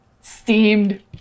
Steamed